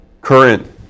current